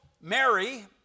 Mary